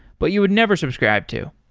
but you would never subscribe to,